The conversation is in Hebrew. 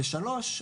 ושלוש,